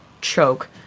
choke